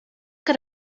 good